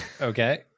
Okay